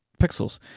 pixels